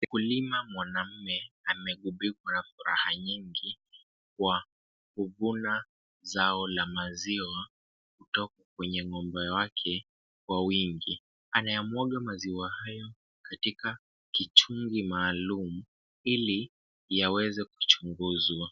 Mkulima mwanamme amegubikwa na furaha nyingi kwa kuvuna zao la maziwa kutoka kwenye ng'ombe wake, kwa wingi, anayamwaga maziwa hayo katika kichungi maalum ili yaweze kuchunguzwa.